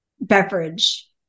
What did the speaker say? beverage